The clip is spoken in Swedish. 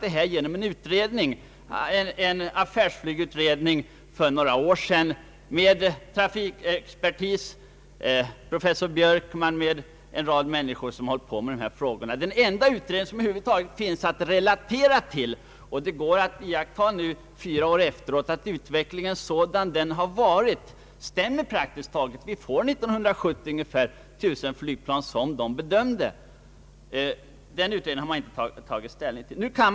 Den gjorde får några år sedan en affärsflygutredning, med trafikexperten professor Björkman och en rad andra sakkunniga. Det är den enda utredning som det över huvud taget går att relatera till, och vi kan nu fyra år efteråt konstatera att utvecklingen blivit ungefär sådan som beräknats. Det kommer i vårt land 1970 att finnas ungefär 1 000 civila flygplan, något som bedömdes i utredningen.